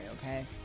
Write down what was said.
okay